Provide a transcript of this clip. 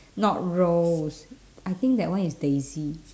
not rose I think that one is daisy